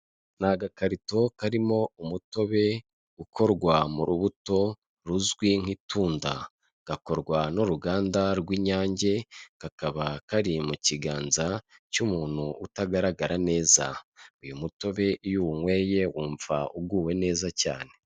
Ni agakarito karimo umutobe ukorwa mu rubuto ruzwi nk'itunda, gakorwa n'uruganda rw'Inyange, kakaba kari mu kiganza cy'umuntu utagaragara neza. Uyu mutobe iyo uwunyweye wumva uguwe neza cyane.